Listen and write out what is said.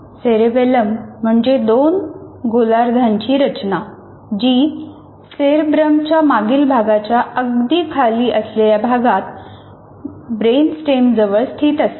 cerebellum म्हणजे दोन गोलार्धांची रचना जी सेरेब्रमच्या मागील भागाच्या अगदी खाली असलेल्या भागात ब्रेनस्टेमजवळ स्थित असते